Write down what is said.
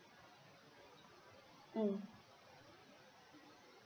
mm